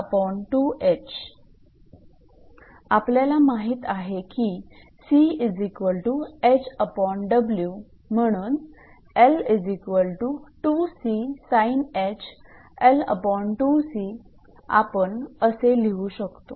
आपल्याला माहित आहे कि 𝑐𝐻𝑊 म्हणून 𝑙 आपण असे लिहू शकतो